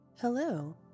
Hello